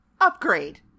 upgrade